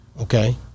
Okay